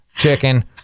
chicken